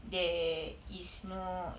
there is no